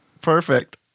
Perfect